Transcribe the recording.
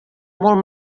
molt